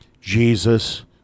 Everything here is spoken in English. jesus